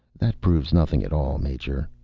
that proves nothing at all, major.